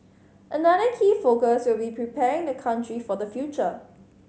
another key focus will be preparing the country for the future